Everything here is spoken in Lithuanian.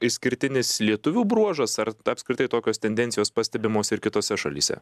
išskirtinis lietuvių bruožas ar apskritai tokios tendencijos pastebimos ir kitose šalyse